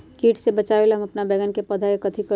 किट से बचावला हम अपन बैंगन के पौधा के कथी करू?